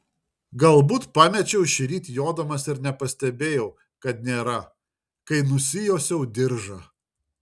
galbūt pamečiau šįryt jodamas ir nepastebėjau kad nėra kai nusijuosiau diržą